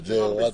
דבר שני,